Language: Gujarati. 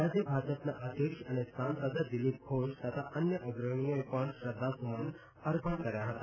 રાજ્ય ભાજપના અધ્યક્ષ અને સાંસદ દિલીપ ઘોષ તથા અન્ય અગ્રણીઓએ પણ શ્રદ્ધાસુમન અર્પણ કર્યા હતા